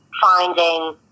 finding